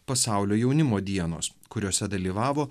pasaulio jaunimo dienos kuriose dalyvavo